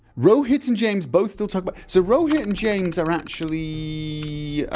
rohit and james both still talk about so rohit and james are actually